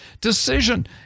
decision